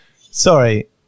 Sorry